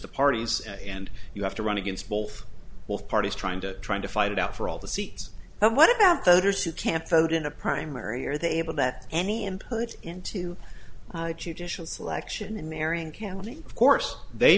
the parties and you have to run against both both parties trying to trying to fight it out for all the seats and what about the others who can't vote in a primary are they able that any input into judicial selection in marion county of course they